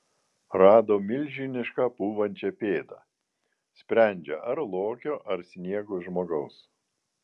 rado milžinišką pūvančią pėdą sprendžia ar lokio ar sniego žmogaus